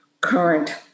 current